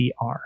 cr